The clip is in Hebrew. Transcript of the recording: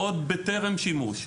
עוד בטרם שימוש,